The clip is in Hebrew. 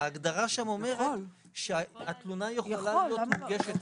ההגדרה שם אומרת שהתלונה יכולה להיות מוגשת